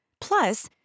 Plus